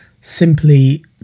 simply